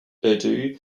urdu